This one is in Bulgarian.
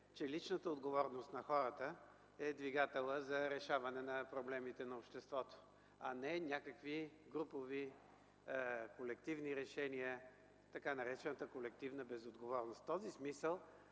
че личната отговорност на хората е двигателят за решаване на проблемите на обществото, а не някакви групови колективни решения, така наречената колективна безотговорност. В този смисъл